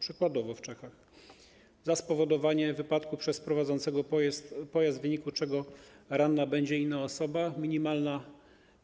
Przykładowo w Czechach za spowodowanie wypadku przez prowadzącego pojazd, w wyniku czego ranna będzie inna osoba, minimalna